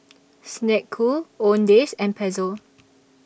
Snek Ku Owndays and Pezzo